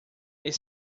ele